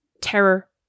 terror